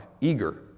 eager